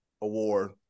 Award